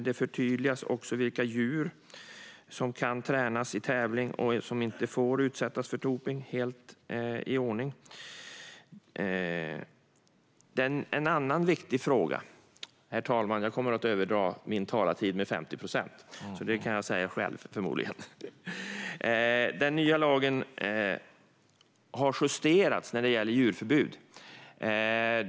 Det förtydligas också vilka djur som kan tränas för tävling och som inte får utsättas för dopning, vilket är helt i sin ordning. Herr talman! Jag kommer att överskrida min talartid med 50 procent; det kan jag säga själv. Den nya lagen har justerats när det gäller djurförbud.